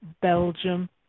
Belgium